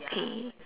okay